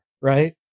right